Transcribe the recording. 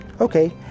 Okay